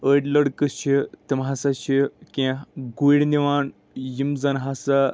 أڈۍ لڑکہٕ چھِ تِم ہسا چھِ کیٚنٛہہ گُرۍ نِوان یِم زَن ہسا